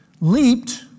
leaped